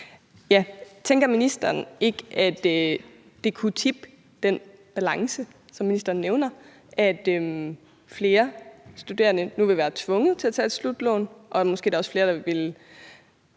Tænker ministeren ikke, at det kunne tippe den balance, som ministeren nævner, at flere studerende nu vil være tvunget til at tage et slutlån – og måske er der også flere, der ville